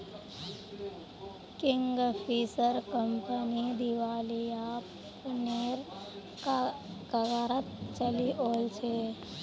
Kingfisher company दिवालियापनेर कगारत चली ओल छै